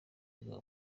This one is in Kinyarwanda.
ingabo